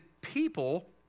people